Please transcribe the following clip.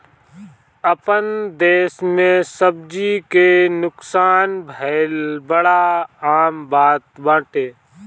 आपन देस में सब्जी के नुकसान भइल बड़ा आम बात बाटे